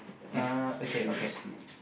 if you would see